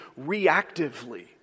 reactively